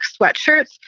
sweatshirts